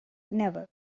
never